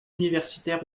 universitaires